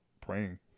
praying